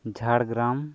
Jhargram